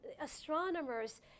astronomers